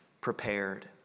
prepared